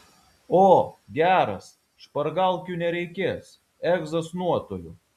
o geras špargalkių nereikės egzas nuotoliu